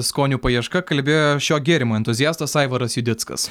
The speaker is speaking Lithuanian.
skonių paieška kalbėjo šio gėrimo entuziastas aivaras judickas